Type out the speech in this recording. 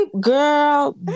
girl